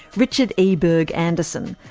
richard e. berg-andersson,